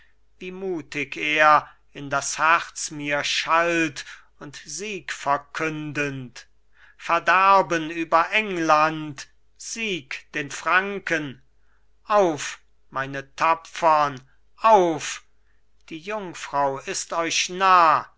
wie mutig er in das herz mir schallt und siegverkündend verderben über england sieg den franken auf meine tapfern auf die jungfrau ist euch nah